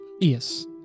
Yes